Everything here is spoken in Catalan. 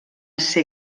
ser